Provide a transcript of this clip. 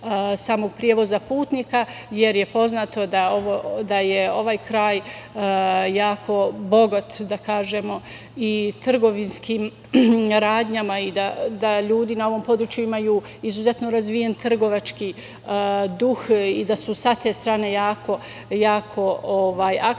samog prevoza putnika, jer je poznato da je ovaj kraj jako bogat i trgovinskim radnjama i da ljudi na ovom području imaju izuzetno razvijen trgovački duh i da su sa te strane jako aktivni,